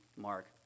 mark